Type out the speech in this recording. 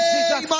Jesus